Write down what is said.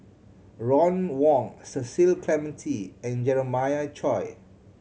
Ron Wong Cecil Clementi and Jeremiah Choy